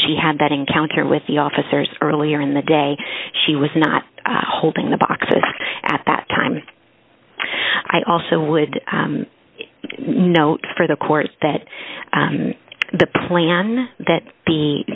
she had that encounter with the officers earlier in the day she was not holding the boxes at that time i also would note for the court that the plan that